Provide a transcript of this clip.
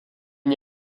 n’y